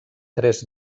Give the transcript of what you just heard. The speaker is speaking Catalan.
tres